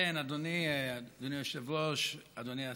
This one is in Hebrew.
כן, אדוני היושב-ראש, אדוני השר,